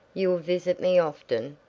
you'll visit me often,